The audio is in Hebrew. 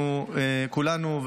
אנחנו כולנו,